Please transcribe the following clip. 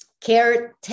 care